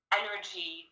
energy